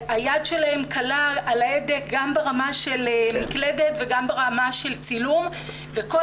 היד שלהם קלה על ההדק גם ברמה של מקלדת וגם ברמה של צילום וכל